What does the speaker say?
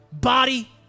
body